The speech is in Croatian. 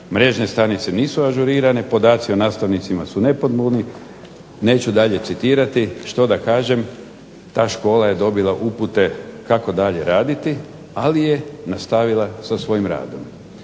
Mrežne stranice nisu ažurirane, podaci o nastavnicima su nepotpuni". Neću dalje citirati, što da kažem ta škola je dobila upute kako dalje radit ali je nastavila sa svojim radom.